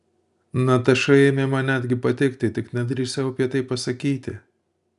nataša ėmė man netgi patikti tik nedrįsau apie tai pasakyti